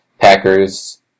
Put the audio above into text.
Packers